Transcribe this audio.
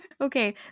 okay